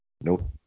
nope